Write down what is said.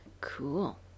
Cool